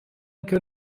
anche